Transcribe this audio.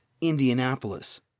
Indianapolis